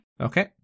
Okay